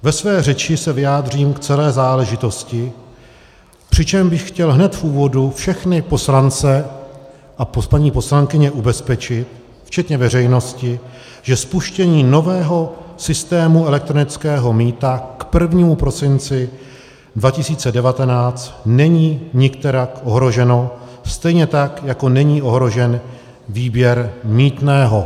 Ve své řeči se vyjádřím k celé záležitosti, přičemž bych chtěl hned v úvodu všechny poslance a paní poslankyně ubezpečit, včetně veřejnosti, že spuštění nového systému elektronického mýta k 1. prosinci 2019 není nikterak ohroženo, stejně tak jako není ohrožen výběr mýtného.